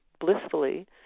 blissfully